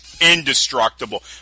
Indestructible